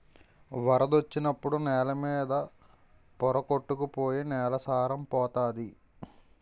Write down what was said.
వరదొచ్చినప్పుడు నేల మీద పోర కొట్టుకు పోయి నేల సారం పోతంది